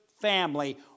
family